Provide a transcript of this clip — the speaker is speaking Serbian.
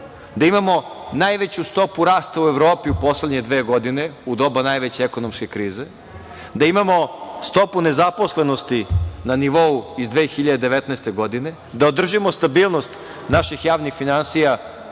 da imamo najveću stopu rasta u Evropi u poslednje dve godine, u doba najveće ekonomske krize, da imamo stopu nezaposlenosti na nivou iz 2019. godine, da održimo stabilnost naših javnih finansija,